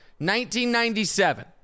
1997